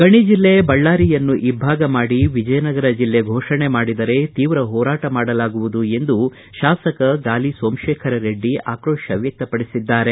ಗಣಿ ಜಿಲ್ಲೆ ಬಳ್ಳಾರಿಯನ್ನು ಇಬ್ಲಾಗ ಮಾಡಿ ವಿಜಯನಗರ ಜಿಲ್ಲೆ ಫೋಷಣೆ ಮಾಡಿದರೆ ಜಿಲ್ಲೆಯಲ್ಲಿ ತೀವ್ರ ಹೋರಾಟ ಮಾಡಲಾಗುವುದು ಎಂದು ಶಾಸಕ ಗಾಲಿ ಸೋಮಶೇಖರ ರೆಡ್ಡಿ ಆಕ್ರೋಶ ವ್ಯಕ್ತಪಡಿಸಿದ್ದಾರೆ